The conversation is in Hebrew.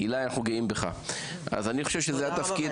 תודה רבה,